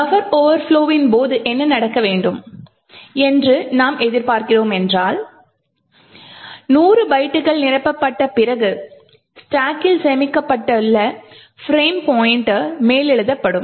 buffer ஓவர்ப்லொவின் போது என்ன நடக்க வேண்டும் என்று நாம் எதிர்பார்க்கிறோம் என்றால் 100 பைட்டுகள் நிரப்பப்பட்ட பிறகு ஸ்டாக்கில் சேமிக்கப்பட்டுள்ள பிரேம் பாய்ண்ட்டர் மேலெழுதப்படும்